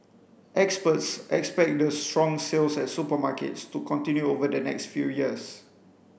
experts expect the strong sales at supermarkets to continue over the next few years